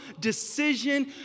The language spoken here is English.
decision